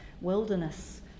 wilderness